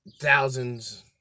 thousands